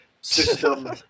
system